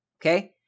Okay